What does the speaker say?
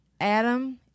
Adam